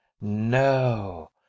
no